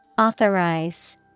Authorize